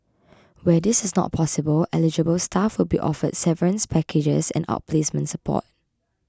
well this is not possible eligible staff will be offered severance packages and outplacement support